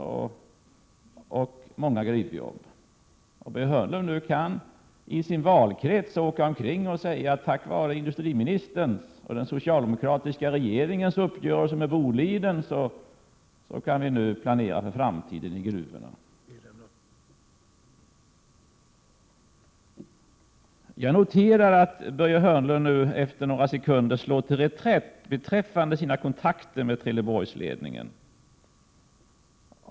Börje Hörnlund kan nu åka omkring i sin valkrets och säga att tack vare industriministerns och den socialdemokratiska regeringens uppgörelse med Boliden kan vi nu planera för framtiden i gruvorna. Jag noterar att Börje Hörnlund slår till reträtt beträffande sina kontakter med Trelleborgsledningen.